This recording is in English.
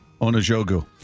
Onajogu